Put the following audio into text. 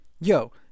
Yo